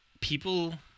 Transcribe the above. people